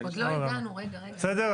בסדר?